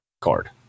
card